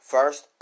First